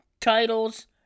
titles